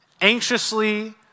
anxiously